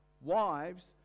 Wives